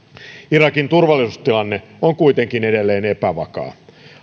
irakin turvallisuustilanne on kuitenkin edelleen epävakaa